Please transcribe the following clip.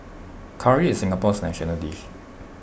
Curry is Singapore's national dish